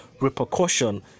repercussion